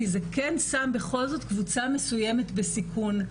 כי זה כן שם בכל זאת קבוצה מסוימת בסיכון,